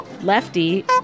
Lefty